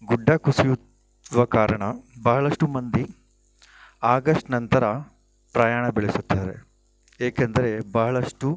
ಗುಡ್ಡ ಕುಸಿಯುವ ಕಾರಣ ಬಹಳಷ್ಟು ಮಂದಿ ಆಗಸ್ಟ್ ನಂತರ ಪ್ರಯಾಣ ಬೆಳೆಸುತ್ತಾರೆ ಏಕೆಂದರೆ ಬಹಳಷ್ಟು